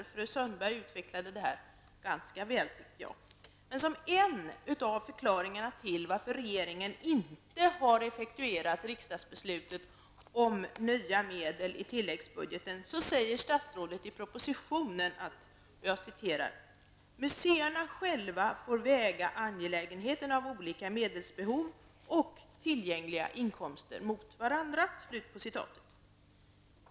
Jag anser att fru Sundberg utvecklade detta ganska väl. Som en av förklaringarna till varför regeringen inte effektuerat riksdagsbeslutet om nya medel i tilläggsbudgeten, säger statsrådet i propositionen att ''museerna själva får väga angelägenheten av olika medelsbehov och tillgängliga inkomster mot varandra''.